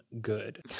good